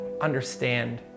understand